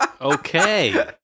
Okay